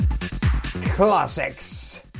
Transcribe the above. Classics